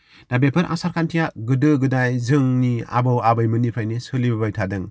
दा बेफोर आसार खान्थिआ गोदो गोदाय जोंनि आबौ आबैमोननिफ्रायनो सोलिबोबाय थादों